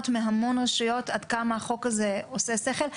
מהמון רשויות עד כמה החוק הזה עושה שכל.